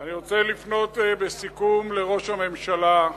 אני רוצה לפנות, בסיכום, לראש הממשלה,